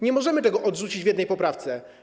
Nie możemy tego odrzucić w jednej poprawce.